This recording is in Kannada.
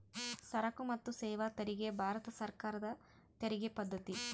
ಸರಕು ಮತ್ತು ಸೇವಾ ತೆರಿಗೆ ಭಾರತ ಸರ್ಕಾರದ ತೆರಿಗೆ ಪದ್ದತಿ